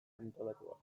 antolatua